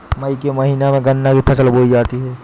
मई के महीने में गन्ना की फसल बोई जाती है